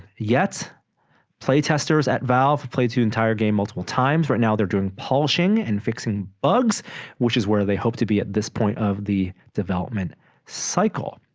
yet play testers at valve played two entire game multiple times right now they're doing polishing and fixing bugs which is where they hope to be at this point of the development cycle